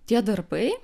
tie darbai